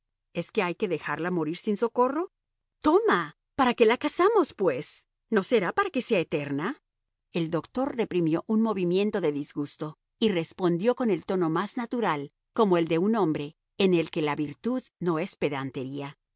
es que hay que dejarla morir sin socorro toma para qué la casamos pues no será para que sea eterna el doctor reprimió un movimiento de disgusto y respondió con el tono más natural como el de un hombre en el que la virtud no es pedantería